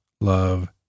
love